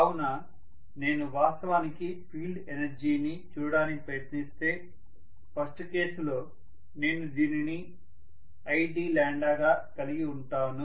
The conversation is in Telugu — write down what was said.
కావున నేను వాస్తవానికి ఫీల్డ్ ఎనర్జీని చూడడానికి ప్రయత్నిస్తే ఫస్ట్ కేసు లో నేను దీనిని id గా కలిగి వుంటాను